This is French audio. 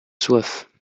soif